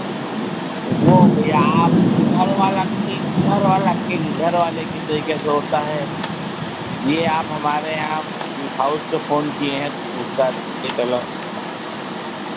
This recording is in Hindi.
वो भैया आप घर वाला केक घर वाला केक घर वाले की तरीके से होता है ये आप हमारे यहाँ स्वीट हाउस पे फ़ोन किए हैं तो उसका रेट अलग होगा